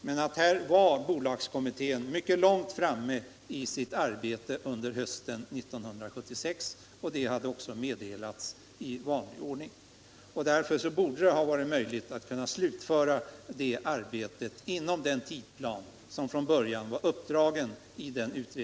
Men bolagskommittén var som sagt mycket långt framme med sitt arbete hösten 1976, och det meddelades också i vanlig ordning. Därför borde det ha varit möjligt för kommittén att slutföra sitt arbete inom den tidsram som från början dragits upp.